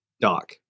Doc